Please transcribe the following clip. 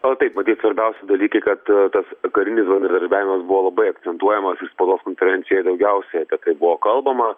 o taip matyt svarbiausi dalykai kad tas karinis bendradarbiavimas buvo labai akcentuojamas spaudos konferencijoj daugiausiai apie tai buvo kalbama